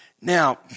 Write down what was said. Now